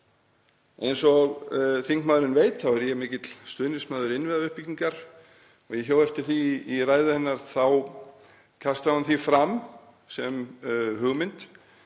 Eins og þingmaðurinn veit þá er ég mikill stuðningsmaður innviðauppbyggingar og ég hjó eftir því í ræðu hennar að hún kastaði því fram sem hugmynd